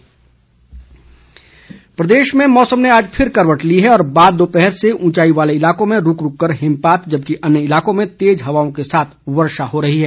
मौसम प्रदेश में मौसम ने आज फिर करवट ली है और बाद दोपहर से ऊंचाई वालों इलाकों में रूक रूक कर हिमपात जबकि अन्य इलाकों में तेज हवाओं के साथ वर्षा हो रही है